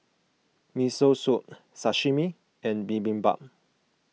Miso Soup Sashimi and Bibimbap